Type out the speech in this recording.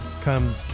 come